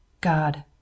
God